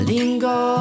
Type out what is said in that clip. Lingo